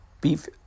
beef